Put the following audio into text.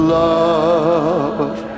love